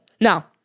Now